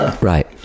Right